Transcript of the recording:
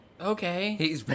Okay